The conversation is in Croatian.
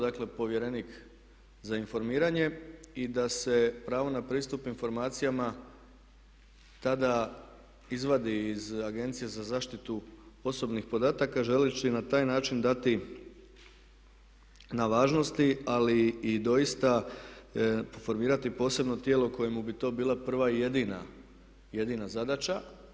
Dakle, povjerenik za informiranje i da se pravo na pristup informacijama tada izvadi iz Agencije za zaštitu osobnih podataka želeći na taj način dati na važnosti ali i doista formirati posebno tijelo kojemu bi to bila prva i jedina zadaća.